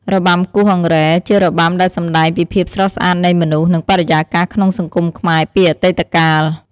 របាំគោះអង្រែ ជារបាំដែលសម្តែងពីភាពស្រស់ស្អាតនៃមនុស្ស និងបរិយាកាសក្នុងសង្គមខ្មែរពីអតីតកាល។